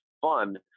fun